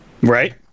Right